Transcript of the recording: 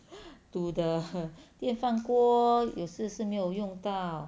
to the err 电饭锅也是是没有用到